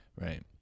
right